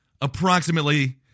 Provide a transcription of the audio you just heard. approximately